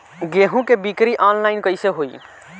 गेहूं के बिक्री आनलाइन कइसे होई?